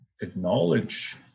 acknowledge